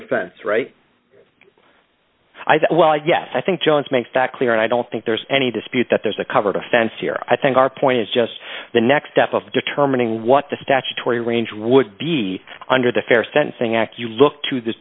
events right well yes i think jones makes that clear and i don't think there's any dispute that there's a covered offense here i think our point is just the next step of determining what the statutory range would be under the fair sensing act you look to th